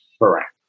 Correct